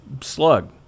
Slug